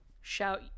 shout